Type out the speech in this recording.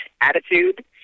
attitude